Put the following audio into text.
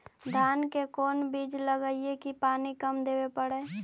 धान के कोन बिज लगईऐ कि पानी कम देवे पड़े?